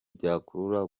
byakurura